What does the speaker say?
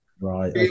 right